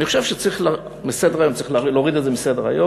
אני חושב שצריך להוריד את זה מסדר-היום,